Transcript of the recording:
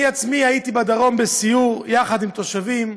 אני עצמי הייתי בדרום בסיור יחד עם תושבים.